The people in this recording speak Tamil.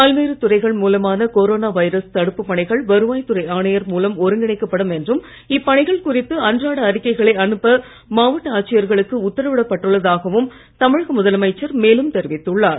பல்வேறு துறைகள் மூலமான கொரோனா வைரஸ் தடுப்புப் பணிகள் வருவாய் துறை ஆணையர் மூலம் ஒருங்கிணைக்கப்படும் என்றும் இப்பணிகள் குறித்து அன்றாட அறிக்கைகளை அனுப்ப மாவட்ட ஆட்சியர்களுக்கு உத்தரவிடப் பட்டுள்ளதாகவும் தமிழக முதலமைச்சர் மேலும் தெரிவித்துள்ளார்